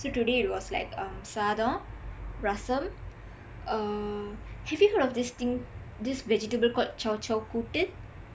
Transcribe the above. so today it was like um sadam rasam uh have you heard of this thing this vegetable called zhou zhou kootu